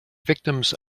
victims